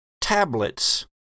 tablets